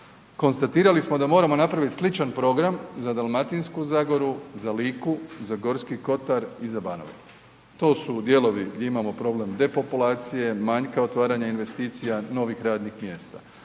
konstatirali smo da moramo napraviti sličan program za Dalmatinsku zagoru, za Liku, za Gorski kotar i za Banovinu. To su dijelovi gdje imamo problem depopulacije, manjka otvaranja investicija, novih radnih mjesta.